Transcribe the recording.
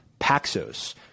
Paxos